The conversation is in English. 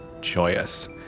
joyous